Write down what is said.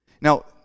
Now